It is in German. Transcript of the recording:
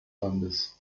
landes